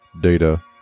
Data